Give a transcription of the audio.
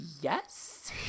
yes